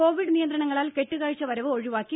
Covid നിയന്ത്രണങ്ങളാൽ കെട്ടുകാഴ്ച വരവ് ഒഴിവാക്കി